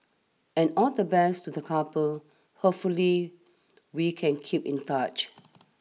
and all the best to the couple hopefully we can keep in touch